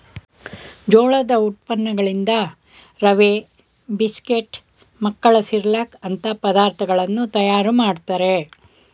ಜೋಳದ ಉತ್ಪನ್ನಗಳಿಂದ ರವೆ, ಬಿಸ್ಕೆಟ್, ಮಕ್ಕಳ ಸಿರ್ಲಕ್ ಅಂತ ಪದಾರ್ಥಗಳನ್ನು ತಯಾರು ಮಾಡ್ತರೆ